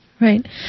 Right